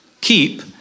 keep